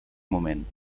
moment